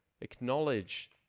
Acknowledge